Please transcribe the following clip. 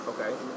Okay